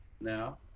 now